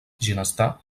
ginestar